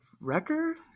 record